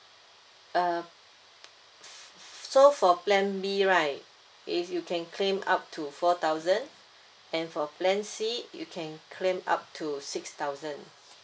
uh so for plan B right if you can claim up to four thousand and for plan C you can claim up to six thousand